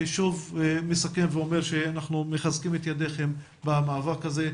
אני שוב מסכם ואומר שאנחנו מחזקים את ידכם במאבק הזה.